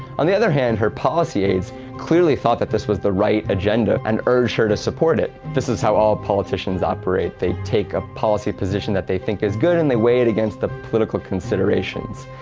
on the other hand, her policy aides clearly thought that this was the right agenda, and urged her to support it. this is how all politicians operate. they take a policy position that they think is good, and they weigh it against the political considerations.